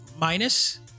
minus